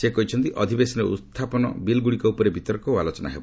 ସେ କହିଛନ୍ତି ଅଧିବେଶନରେ ଉପସ୍ଥାପିତ ବିଲ୍ଗୁଡ଼ିକ ଉପରେ ବିତର୍କ ଓ ଆଲୋଚନା ହେବ